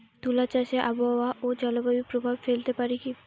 তুলা চাষে আবহাওয়া ও জলবায়ু প্রভাব ফেলতে পারে কি?